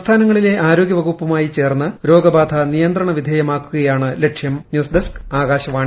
സംസ്ഥാനങ്ങളിലെ ആരോഗ്യ വകുപ്പുമായിചേർന്ന് രോഗബാധ നിയന്ത്രണ വിധേയമാക്കുകയാണ് ലക്ഷ്യം ന്യൂസ് ഡെസ്ക് ആകാശവാണി